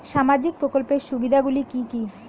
সামাজিক প্রকল্পের সুবিধাগুলি কি কি?